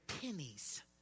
pennies